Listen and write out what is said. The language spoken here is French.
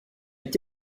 est